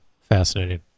fascinating